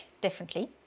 differently